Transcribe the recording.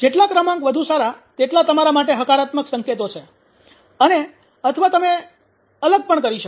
જેટલા ક્રમાંક વધુ સારા તેટલા તમારા માટે હકારાત્મક સંકેતો છે અને અથવા તમે અલગ પણ કરી શકો